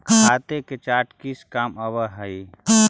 खातों का चार्ट किस काम आवअ हई